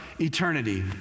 eternity